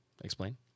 Explain